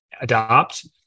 adopt